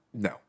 No